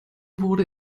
wurde